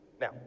Now